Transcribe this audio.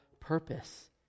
purpose